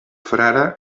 frare